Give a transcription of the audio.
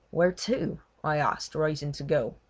where to i asked, rising to go.